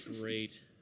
Great